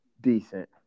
Decent